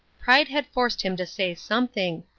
pride had forced him to say something,